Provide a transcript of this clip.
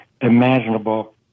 imaginable